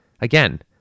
Again